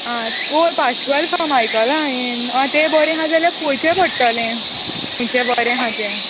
आं वोय Pascal farm आयकोला हांयें आं तें बोरें आहा जाल्यार पोवचें पोडटोलें खुंयचें बोरें आहा तें